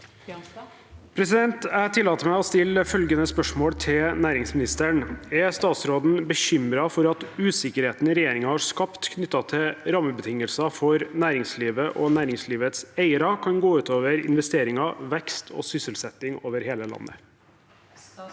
Jeg tillater meg å stille følgende spørsmål til næringsministeren: «Er statsråden bekymret for at usikkerheten regjeringen har skapt knyttet til rammebetingelser for næringslivet og næringslivets eiere, kan gå ut over investeringer, vekst og sysselsetting over hele landet?»